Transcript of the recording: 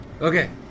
Okay